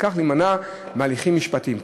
ובכך להימנע מהליכים משפטיים.